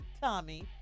Tommy